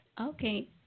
Okay